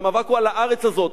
המאבק הוא על הארץ הזאת,